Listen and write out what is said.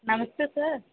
నమస్తే సార్